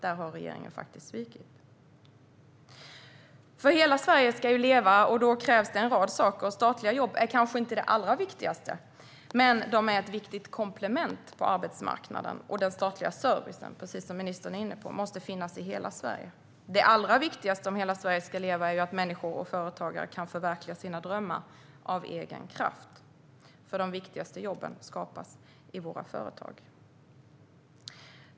Där har regeringen faktiskt svikit. Hela Sverige ska ju leva, och då krävs det en rad saker. Statliga jobb är kanske inte det allra viktigaste, men de är ett viktigt komplement på arbetsmarknaden. Den statliga servicen måste, precis som ministern är inne på, finnas i hela Sverige. Det allra viktigaste om hela Sverige ska leva är ju att människor, framför allt företagare, kan förverkliga sina drömmar av egen kraft, för de viktigaste jobben skapas i våra företag.